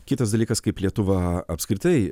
kitas dalykas kaip lietuva apskritai